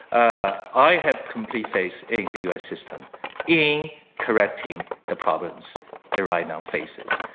ah i have complete faith in the u. s. system in correcting the problems it, right now, faces.